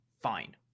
Fine